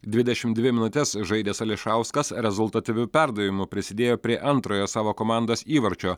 dvidešim dvi minutes žaidęs ališauskas rezultatyviu perdavimu prisidėjo prie antrojo savo komandos įvarčio